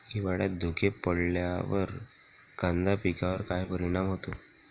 हिवाळ्यात धुके पडल्यावर कांदा पिकावर काय परिणाम होतो?